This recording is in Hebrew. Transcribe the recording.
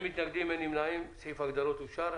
אין מתנגדים, אין נמנעים, סעיף ההגדרות אושר.